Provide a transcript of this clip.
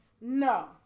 No